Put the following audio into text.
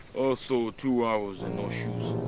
also, two arrows and no shoes.